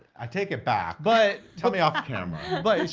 i take it back. but. tell me off camera. but